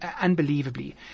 Unbelievably